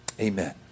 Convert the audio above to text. Amen